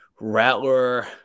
Rattler